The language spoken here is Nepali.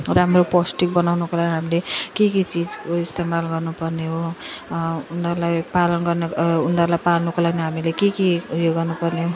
राम्रो पौष्टिक बनाउनुको लागि हामीले के के चिजको इस्तेमाल गर्नु पर्ने हो उनीहरूलाई पालन गर्ने उनीहरूलाई पाल्नुको लागि हामीले के के उयो गर्नु पर्ने हो